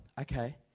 Okay